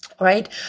right